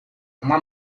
uma